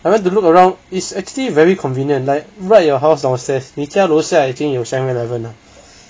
I went to look around it's actually very convenient like right at your house downstairs 你家楼下已经有 Seven Eleven liao